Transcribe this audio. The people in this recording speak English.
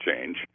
change